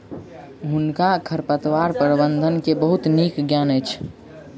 हुनका खरपतवार प्रबंधन के बहुत नीक ज्ञान अछि